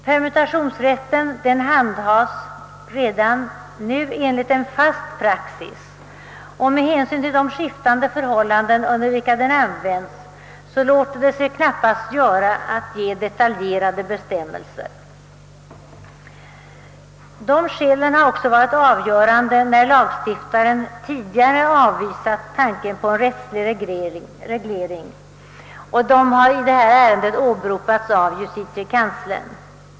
Permutationsrätten handhas redan nu enligt en fast praxis, och med hänsyn till de skiftande förhållanden under vilka den används låter det sig knappast göra att ge detaljerade bestämmelser. Dessa skäl har också varit avgörande när lagstiftaren tidigare avvisat tanken på en rättslig reglering, och de har i detta ärende åberopats av justitiekanslern.